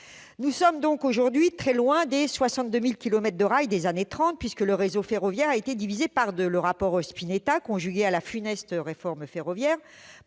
Nous sommes donc aujourd'hui très loin des 62 000 kilomètres de rails des années 1930 puisque le réseau ferroviaire a été divisé par deux. Le rapport Spinetta, conjugué à la funeste réforme ferroviaire,